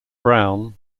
brown